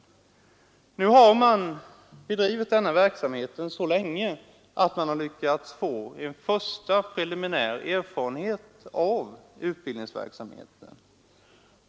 Denna verksamhet har nu bedrivits så länge att man lyckats få en första preliminär erfarenhet av utbildningsverksamheten.